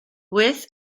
with